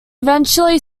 eventually